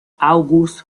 august